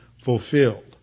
fulfilled